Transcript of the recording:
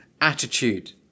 attitude